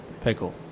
pickle